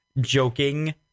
joking